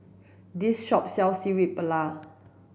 this shop sells Paella